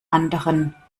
anderen